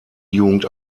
jugend